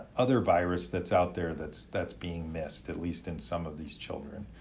other virus that's out there that's that's being missed, at least in some of these children